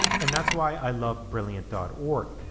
and that's why i love brilliant dot org.